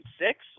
six